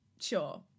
sure